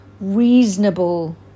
reasonable